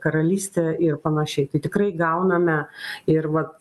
karalyste ir panašiai tai tikrai gauname ir vat